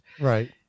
Right